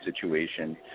situation